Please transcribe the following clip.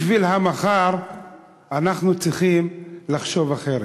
בשביל המחר אנחנו צריכים לחשוב אחרת.